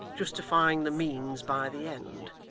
justifying the means by the end,